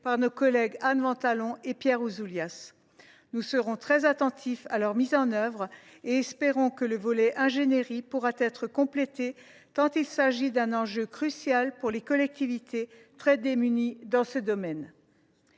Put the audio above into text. par nos collègues Anne Ventalon et Pierre Ouzoulias. Nous serons très attentifs à leur mise en œuvre et nous espérons que le volet « ingénierie » de ces mesures pourra être complété, tant il s’agit d’un enjeu crucial pour les collectivités, très démunies dans ce domaine.